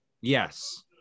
yes